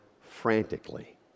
frantically